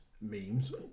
memes